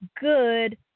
good